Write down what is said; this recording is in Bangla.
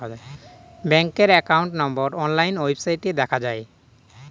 ব্যাঙ্কের একাউন্ট নম্বর অনলাইন ওয়েবসাইটে দেখা যায়